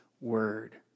word